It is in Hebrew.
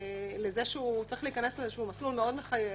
לזה שהוא צריך להיכנס לאיזשהו מסלול מאוד מחייב,